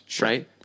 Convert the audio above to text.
right